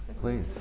Please